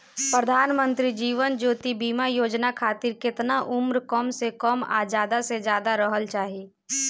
प्रधानमंत्री जीवन ज्योती बीमा योजना खातिर केतना उम्र कम से कम आ ज्यादा से ज्यादा रहल चाहि?